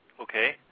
Okay